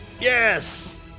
Yes